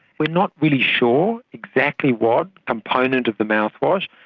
we're not really sure exactly what component of the mouthwash,